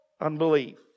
unbelief